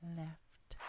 left